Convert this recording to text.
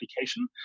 application